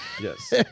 Yes